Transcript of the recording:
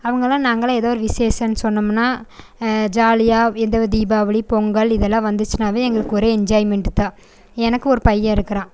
அவங்களாம் நாங்களெலாம் ஏதோ ஒரு விசேஷம்னு சொன்னமுன்னால் ஜாலியாக எந்த தீபாவளி பொங்கல் இதெல்லாம் வந்துச்சுனாவே எங்களுக்கு ஒரு என்ஜாய்மெண்ட்டு தான் எனக்கு ஒரு பையன் இருக்கிறான்